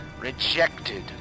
rejected